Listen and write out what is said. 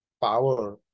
power